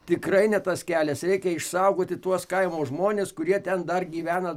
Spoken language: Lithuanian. tikrai ne tas kelias reikia išsaugoti tuos kaimo žmones kurie ten dar gyvena